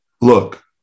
look